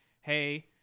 hey